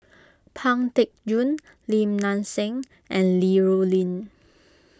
Pang Teck Joon Lim Nang Seng and Li Rulin